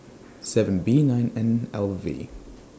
seven B nine N L V